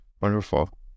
Wonderful